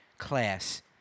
class